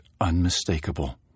unmistakable